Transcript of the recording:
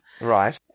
Right